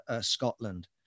Scotland